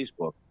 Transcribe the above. facebook